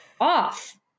off